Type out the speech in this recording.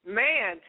man